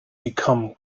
become